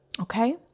Okay